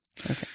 Okay